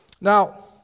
Now